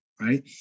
right